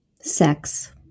Sex